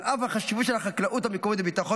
על אף החשיבות של החקלאות המקומית לביטחון